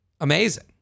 amazing